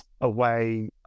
away